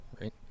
right